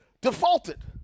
defaulted